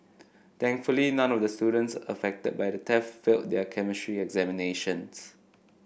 thankfully none of the students affected by the theft failed their chemistry examinations